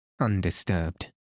undisturbed